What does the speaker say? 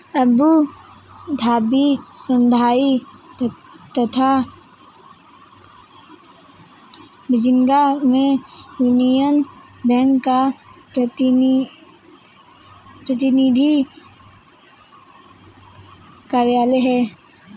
Abu Dhabi, Shanghai तथा Beijing में यूनियन बैंक का प्रतिनिधि कार्यालय है?